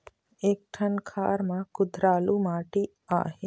एक ठन खार म कुधरालू माटी आहे?